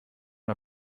der